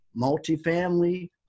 multifamily